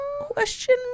Question